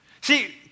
See